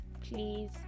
please